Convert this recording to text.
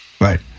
Right